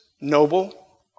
noble